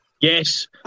Yes